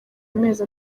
amezi